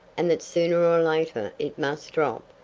and that sooner or later it must drop,